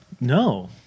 No